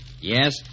Yes